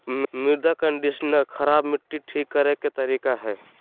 मृदा कंडीशनर खराब मट्टी ठीक करे के तरीका हइ